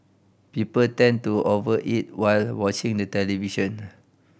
people tend to over eat while watching the television